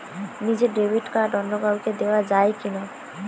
নিজের debit card অন্য কাউকে দেওয়া যায় কি না?